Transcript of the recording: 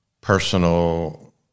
personal